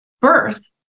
birth